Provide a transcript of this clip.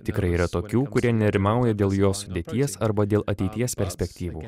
tikrai yra tokių kurie nerimauja dėl jos sudėties arba dėl ateities perspektyvų